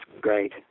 great